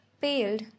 paled